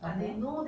(uh huh)